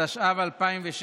התשע"ב 2016,